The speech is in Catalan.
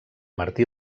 martí